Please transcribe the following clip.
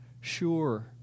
sure